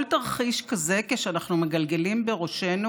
כל תרחיש כזה שאנחנו מגלגלים בראשינו